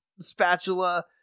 spatula